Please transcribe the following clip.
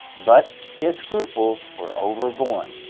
but his scruples were overborne,